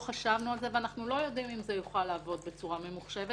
אנחנו לא יודעים אם זה יוכל לעבוד בצורה ממוחשבת.